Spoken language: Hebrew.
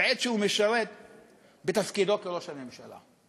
בעת שהוא משרת בתפקידו כראש הממשלה.